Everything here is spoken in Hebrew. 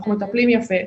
אנחנו מטפלים יפה,